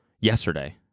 yesterday